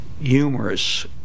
humorous